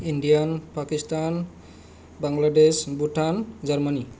India Pakistan Bangladesh Bhutan Germany